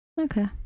Okay